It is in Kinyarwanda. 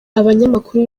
abanyamakuru